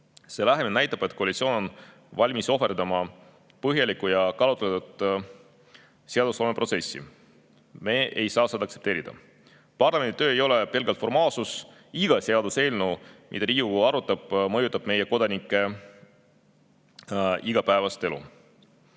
See lähenemine näitab, et koalitsioon on valmis ohverdama põhjaliku ja kaalutletud seadusloomeprotsessi. Me ei saa seda aktsepteerida. Parlamendi töö ei ole pelgalt formaalsus. Iga seaduseelnõu, mida Riigikogu arutab, mõjutab meie kodanike igapäevaelu.